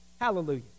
Hallelujah